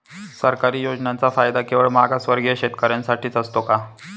सरकारी योजनांचा फायदा केवळ मागासवर्गीय शेतकऱ्यांसाठीच असतो का?